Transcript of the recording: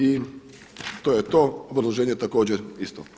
I to je to, obrazloženje je također isto.